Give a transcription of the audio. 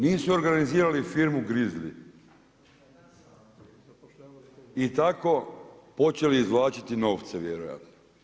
Nisu organizirali firmu Grizli i tako počeli izvlačiti novce vjerojatno.